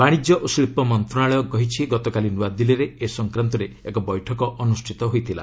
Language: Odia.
ବାଣିଜ୍ୟ ଓ ଶିଳ୍ପ ମନ୍ତ୍ରଣାଳୟ କହିଛି ଗତକାଲି ନୂଆଦିଲ୍ଲୀରେ ଏ ସଂକ୍ରାନ୍ତରେ ଏକ ବୈଠକ ଅନୁଷ୍ଠିତ ହୋଇଛି